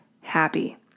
happy